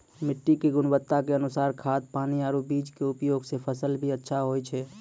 मिट्टी के गुणवत्ता के अनुसार खाद, पानी आरो बीज के उपयोग सॅ फसल भी अच्छा होय छै